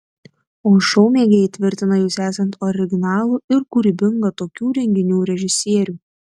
o šou mėgėjai tvirtina jus esant originalų ir kūrybingą tokių renginių režisierių